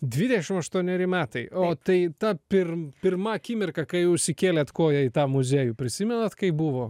dvidešim aštuoneri metai o tai ta pirma pirma akimirka kai užsikėlėt koją į tą muziejų prisimenat kaip buvo